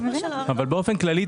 אבל באופן כללי,